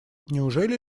неужели